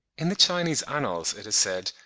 in the chinese annals it is said,